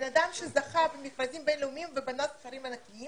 בן אדם שזכה במכרזים בין-לאומיים ובנה סכרים ענקיים.